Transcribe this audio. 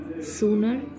sooner